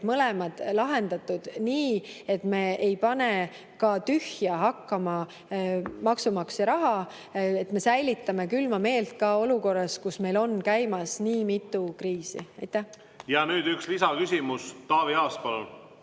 mõlemad lahendatud nii, et me ei pane maksumaksja raha tühja hakkama. Et me säilitame külma meelt ka olukorras, kus meil on käimas nii mitu kriisi. Ja nüüd üks lisaküsimus, Taavi Aas,